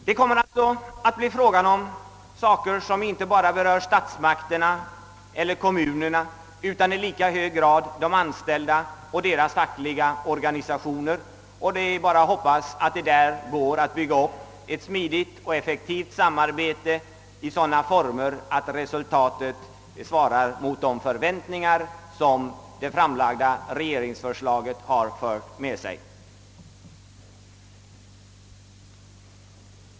Det kommer sålunda att röra sig om frågor, som inte bara berör statsmakterna eller kommunerna utan också i allra högsta grad de anställda och deras fackliga organisationer. Man kan bara hoppas att det går att bygga upp ett smidigt och effektivt samarbete i sådana former, att resultatet svarar mot de förväntningar som det framlagda regeringsförslaget har fört med sig.